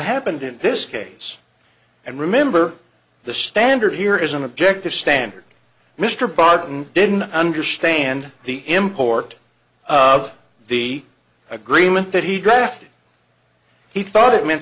happened in this case and remember the standard here is an objective standard mr barton didn't understand the import of the agreement that he drafted he thought it meant